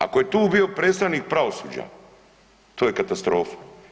Ako je tu bio predstavnik pravosuđa to je katastrofa.